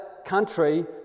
Country